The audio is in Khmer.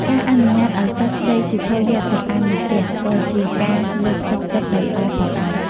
ការអនុញ្ញាតឱ្យសិស្សខ្ចីសៀវភៅយកទៅអាននៅផ្ទះ ក៏ជាការលើកទឹកចិត្តដ៏ល្អផងដែរ។